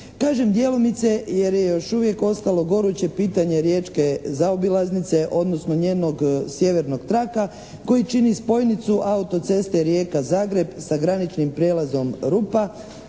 Kažem djelomice jer je još uvijek ostalo goruće pitanje riječke zaobilaznice odnosno njenog sjevernog traka koji čini spojnicu auto-ceste Rijeka-Zagreb sa graničnim prijelazom Rupa